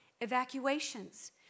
evacuations